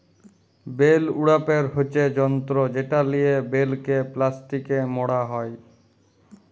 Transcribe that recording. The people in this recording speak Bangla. বেল উড়াপের হচ্যে যন্ত্র যেটা লিয়ে বেলকে প্লাস্টিকে মড়া হ্যয়